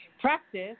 practice